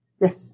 Yes